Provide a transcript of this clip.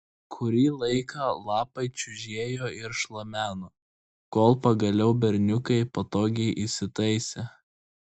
kurį laiką lapai čiužėjo ir šlameno kol pagaliau berniukai patogiai įsitaisė